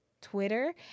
Twitter